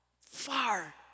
far